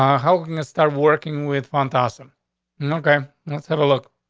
um how can you start working with phantasm? no guy let's have a look.